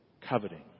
Coveting